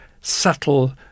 subtle